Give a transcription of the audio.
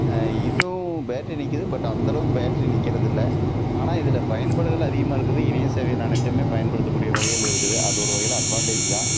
இதுவும் பேட்ரி நிற்கிது பட் அந்தளவுக்கு பேட்ரி நிற்கிறதில்ல ஆனால் இதில் பயன்பாடுகளெலாம் அதிகமாக இருக்குது இணைய சேவை அனைத்துமே பயன்படுத்தக்கூடிய வகைகளில் இருக்குது அது ஒரு வகையில் அட்வான்டேஜ் தான்